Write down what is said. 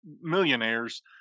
millionaires